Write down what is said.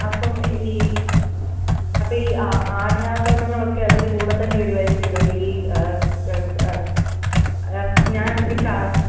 അപ്പം ഈ അപ്പം ഈ അടയാഭരണങ്ങളൊക്കെ അതിൻ്റെ കൂടെ തന്നെ വരുമായിരിക്കുമല്ലോ അല്ലേ ഈ ഞാൻ ഒരു കാ